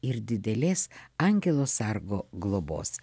ir didelės angelo sargo globos